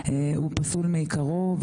הוא פסול מעיקרו.